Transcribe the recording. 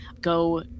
go